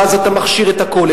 ואז אתה מכשיר את ה"כולל",